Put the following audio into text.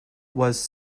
was